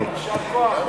יישר כוח.